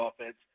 offense